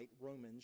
Romans